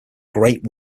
great